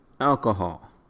alcohol